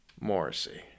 Morrissey